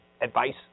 advice